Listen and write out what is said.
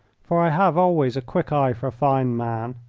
for i have always a quick eye for a fine man.